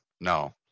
No